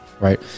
Right